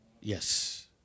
Yes